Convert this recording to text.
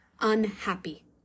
unhappy